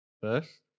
first